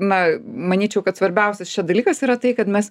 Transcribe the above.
na manyčiau kad svarbiausias dalykas yra tai kad mes